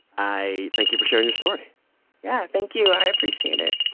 i thank you for sharing your story yeah, thank you. i appreciate it